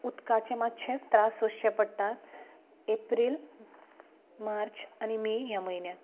उदकाचे मात्शे त्रास सोंसचे पडटात एप्रील मार्च आनी मे ह्या म्हयन्यांत